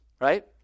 Right